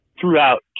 throughout